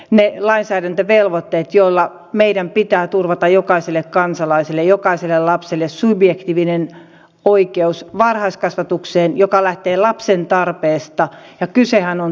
ne lainsäädäntövelvoitteet joilla meidän pitää turvata jokaiselle kansalaiselle jokaiselle lapselle subjektiivinen oikeus varhaiskasvatukseen joka lähtee lapsen tarpeesta ja kysehän on tästä